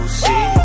see